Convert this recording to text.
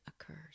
occurs